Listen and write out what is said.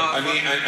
אוקיי.